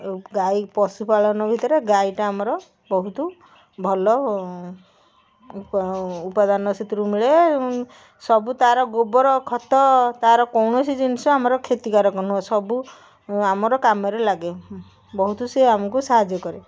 ଆଉ ଗାଈ ପଶୁପାଳନ ଭିତରେ ଗାଈଟା ଆମର ବହୁତ ଭଲ ଉପା ଉପାଦାନ ସେଥିରୁ ମିଳେ ଏବଂ ସବୁ ତାର ଗୋବର ଖତ ତାର କୌଣସି ଜିନିଷ ଆମର କ୍ଷତିକାରକ ନୁହଁ ସବୁ ଆମର କାମରେ ଲାଗେ ବହୁତ ସେ ଆମକୁ ସାହାଯ୍ୟ କରେ